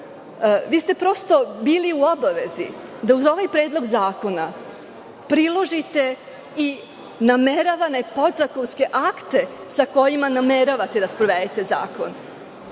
Vi ste prosto bili u obavezi da uz ovaj predlog zakona priložite i nameravane podzakonske akte sa kojima nameravate da sprovedete zakon.